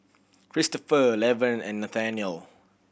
Kristopher Lavern and Nathanial